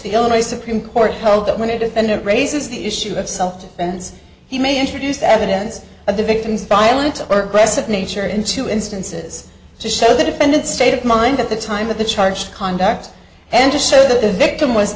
the illinois supreme court held that when a defendant raises the issue of self defense he may introduce evidence of the victim's violent or aggressive nature in two instances to show the defendant's state of mind at the time of the charge conduct and to show that the victim was t